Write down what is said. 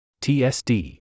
TSD